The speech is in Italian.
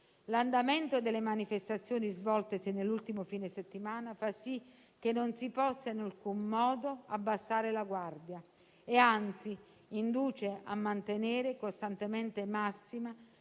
L'andamento delle manifestazioni svoltesi nell'ultimo fine settimana fa sì che non si possa in alcun modo abbassare la guardia e anzi induce a mantenere costantemente massima